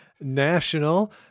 National